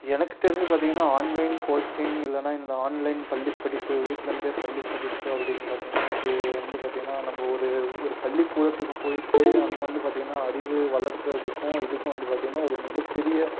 எனக்கு தெரிஞ்சு பார்த்திங்கனா ஆன்லைன் கோச்சிங் இல்லைன்னா இந்த ஆன்லைன் பள்ளிப்படிப்பு வீட்லேருந்தே பள்ளிப்படிப்பு அப்படின் பார்த்திங்கனா இது வந்து பார்த்திங்கனா நம்ம ஒரு ஒரு பள்ளிக்கூடத்துக்கு போய்விட்டு அங்கே வந்து பார்த்திங்கனா அறிவு வளர்க்குறதுக்கும் இதுக்கும் வந்து பார்த்திங்கனா ஒரு மிகப்பெரிய